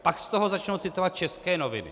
Pak z toho začnou citovat české noviny.